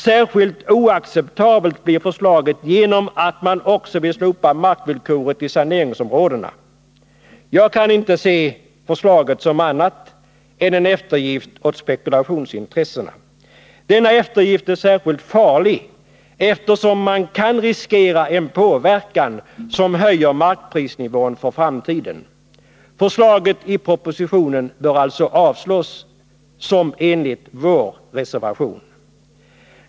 Särskilt oacceptabelt blir förslaget genom att man också vill slopa markvillkoret i saneringsområdena. Jag kan inte se förslaget som annat än en eftergift åt spekulationsintressena. Denna eftergift är särskilt farlig, eftersom man kan riskera en påverkan som höjer markprisnivån för framtiden. Förslaget i propositionen bör alltså avslås i enlighet med vår reservation.